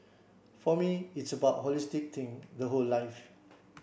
for me it's about holistic thing the whole life